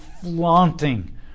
flaunting